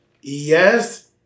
yes